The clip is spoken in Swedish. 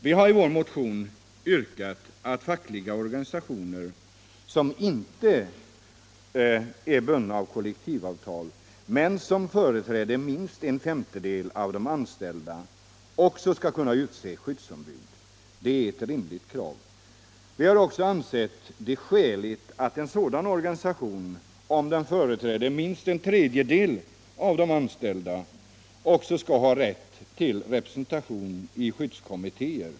Vi har i vår motion yrkat att fackliga organisationer som inte är bundna av kollektivavtal men som företräder minst en femtedel av de anställda också skall kunna utse skyddsombud. Det är ett rimligt krav. Vi har också ansett det skäligt att en sådan organisation — om den företräder minst en tredjedel av de anställda — skall ha rätt till representation i skyddskommittéer.